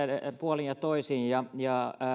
puolin ja toisin